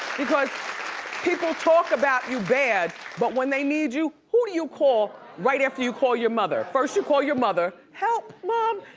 because people talk about you bad but when they need you, who do you call right after your call your mother? first you call your mother, help, mom,